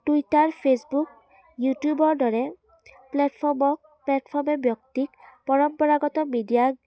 Twitter Facebook ইউটিউবৰ দৰে প্লেটফৰ্মক প্লেটফৰ্মে ব্যক্তিক পৰম্পৰাগত মিডিয়াক